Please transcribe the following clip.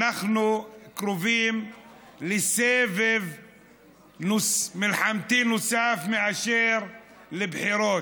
אנחנו קרובים לסבב מלחמתי נוסף יותר מאשר לבחירות.